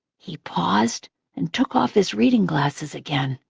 he paused and took off his reading glasses again.